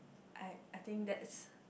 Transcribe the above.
I I think that's